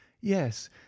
yes